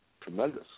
Tremendous